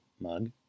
mug